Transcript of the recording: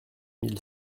mille